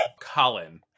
Colin